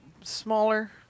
smaller